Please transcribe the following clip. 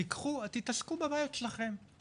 תתעסקו בבעיות שלכם.